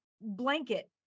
blanket